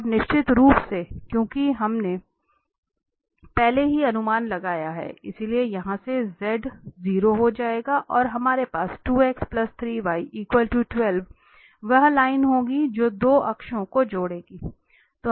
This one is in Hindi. और निश्चित रूप से क्योंकि हमने पहले ही अनुमान लगाया है इसलिए यहां से z 0 हो जाएगा और हमारे पास 2 x 3 y 12 वह लाइन होगी जो 2 अक्षों को जोड़ेगी